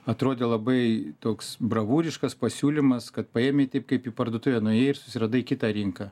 atrodė labai toks bravūriškas pasiūlymas kad paėmei taip kaip į parduotuvę nuėjai ir susiradai kitą rinką